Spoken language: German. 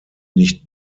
nicht